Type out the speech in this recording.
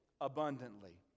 abundantly